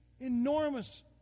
enormous